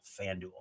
FanDuel